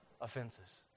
offenses